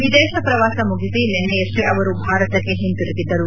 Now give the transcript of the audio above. ವಿದೇಶ ಪ್ರವಾಸ ಮುಗಿಸಿ ನಿನ್ನೆಯಷ್ಟೇ ಅವರು ಭಾರತಕ್ಕೆ ಹಿಂತಿರುಗಿದ್ದರು